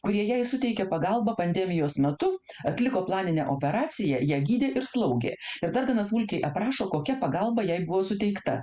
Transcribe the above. kurie jai suteikė pagalbą pandemijos metu atliko planinę operaciją ją gydė ir slaugė ir dar gana smulkiai aprašo kokia pagalba jai buvo suteikta